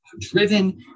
driven